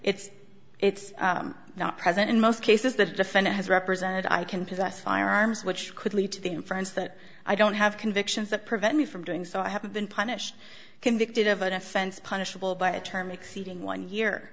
it's it's not present in most cases the defendant has represented i can possess firearms which could lead to the inference that i don't have convictions that prevent me from doing so i have been punished convicted of an offense punishable by a term exceeding one year